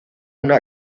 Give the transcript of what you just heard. una